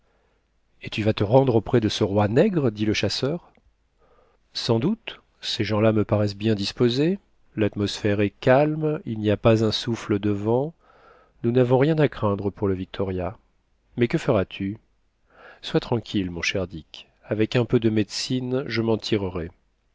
et tu vas te rendre auprès de ce roi nègre dit le chasseur sans doute ces gens-là me paraissent bien disposés l'atmosphère est calme il n'y a pas un souffle de vent nous n'avons rien à craindre pour le victoria mais que feras-tu sois tranquille mon cher dick avec un peu de médecine je men tirerai